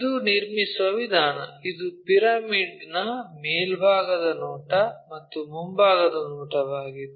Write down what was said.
ಇದು ನಿರ್ಮಿಸುವ ವಿಧಾನ ಇದು ಪಿರಮಿಡ್ನ ಮೇಲ್ಭಾಗದ ನೋಟ ಮತ್ತು ಮುಂಭಾಗದ ನೋಟವಾಗಿದ್ದು